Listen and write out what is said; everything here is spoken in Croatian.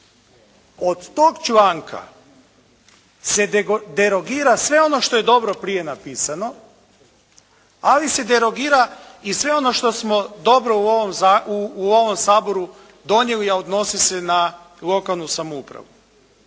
Od tog članka se derogira sve ono što je dobro prije napisano, ali se derogira i sve ono što smo dobro u ovom saboru, a odnosi se na lokalnu samoupravu.